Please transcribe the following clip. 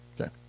Okay